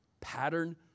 Pattern